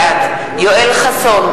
בעד יואל חסון,